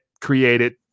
created